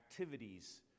activities